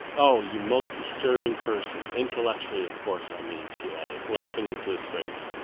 oh! you most disturbing person intellectually of course, i mean, she added, laughing into his face.